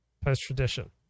post-tradition